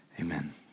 Amen